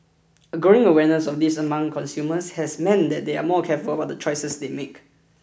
a growing awareness of this among consumers has meant they are more careful about the choices they make